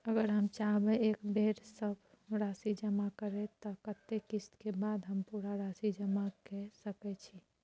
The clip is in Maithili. अगर हम चाहबे एक बेर सब राशि जमा करे त कत्ते किस्त के बाद हम पूरा राशि जमा के सके छि?